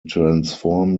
transform